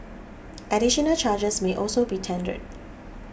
additional charges may also be tendered